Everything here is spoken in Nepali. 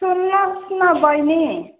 सुन्नुहोस् न बहिनी